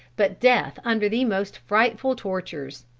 but death under the most frightful tortures.